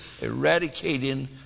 eradicating